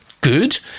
Good